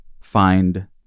find